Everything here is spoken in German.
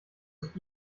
ist